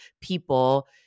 people